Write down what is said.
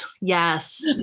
yes